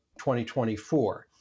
2024